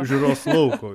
žiūros lauko